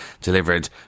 delivered